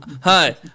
hi